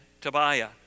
Tobiah